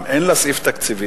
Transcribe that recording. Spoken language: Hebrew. אם אין לה סעיף תקציבי,